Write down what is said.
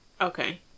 Okay